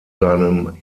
seinem